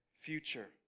future